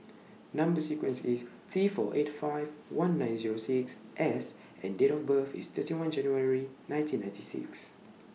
Number sequence IS T four eight five one nine Zero six S and Date of birth IS thirty one January nineteen ninety six